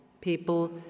people